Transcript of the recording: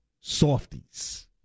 Softies